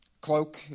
Cloak